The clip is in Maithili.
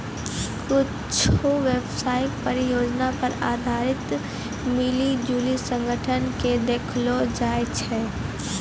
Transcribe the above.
कुच्छु व्यवसाय परियोजना पर आधारित मिली जुली संगठन के देखैलो जाय छै